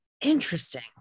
Interesting